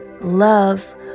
love